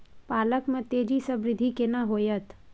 पालक में तेजी स वृद्धि केना होयत?